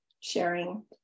sharing